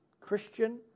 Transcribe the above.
Christian